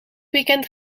weekend